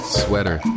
sweater